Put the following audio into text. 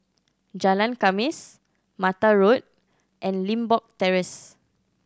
Jalan Khamis Mata Road and Limbok Terrace